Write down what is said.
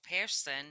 person